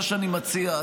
מה שאני מציע,